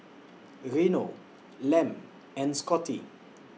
Reno Lem and Scotty